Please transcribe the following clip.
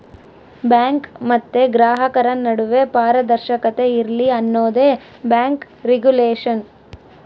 bank ಮತ್ತೆ ಗ್ರಾಹಕರ ನಡುವೆ ಪಾರದರ್ಶಕತೆ ಇರ್ಲಿ ಅನ್ನೋದೇ ಬ್ಯಾಂಕ್ ರಿಗುಲೇಷನ್